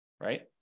right